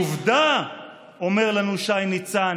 עובדה, אומר לנו שי ניצן.